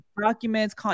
documents